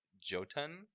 Jotun